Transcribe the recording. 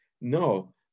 no